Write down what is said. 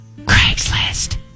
Craigslist